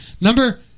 number